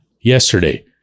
yesterday